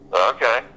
Okay